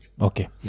Okay